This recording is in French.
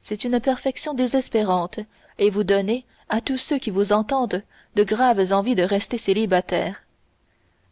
c'est une perfection désespérante et vous donnez à tous ceux qui vous entendent de graves envies de rester célibataires